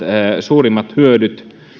suurimmat hyödyt